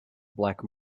black